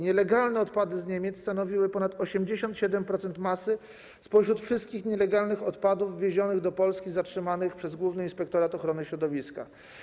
Nielegalne odpady z Niemiec stanowiły ponad 87% masy spośród wszystkich nielegalnych odpadów wwiezionych do Polski, zatrzymanych przez Główny Inspektorat Ochrony Środowiska.